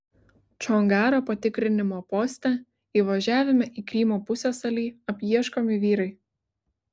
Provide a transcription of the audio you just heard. čongaro patikrinimo poste įvažiavime į krymo pusiasalį apieškomi vyrai